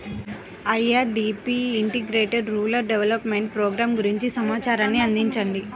IRDP integrated rural development program గురించి సమాచారాన్ని అందించండి?